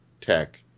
tech